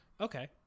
Okay